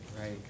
Right